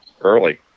early